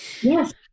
Yes